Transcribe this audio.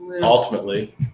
ultimately